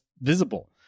visible